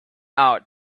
out